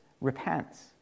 repents